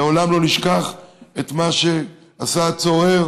לעולם לא נשכח את מה שעשה הצורר,